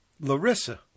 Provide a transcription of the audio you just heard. Larissa